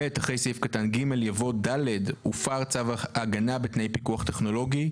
(ב)אחרי סעיף קטן (ג) יבוא: "(ד)הופר צו הגנה בתנאי פיקוח טכנולוגי,